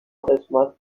قسمت